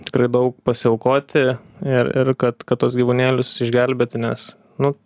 tikrai daug pasiaukoti ir ir kad kad tuos gyvūnėlius išgelbėti nes nu